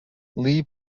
lee